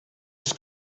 ist